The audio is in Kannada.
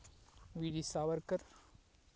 V G Savarkar